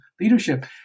leadership